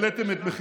השר חמד, תקשיב